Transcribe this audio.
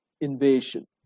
invasion